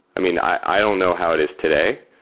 i mean, i don't know how it is today,